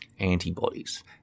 antibodies